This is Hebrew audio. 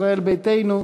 ישראל ביתנו.